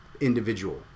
individual